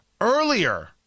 Earlier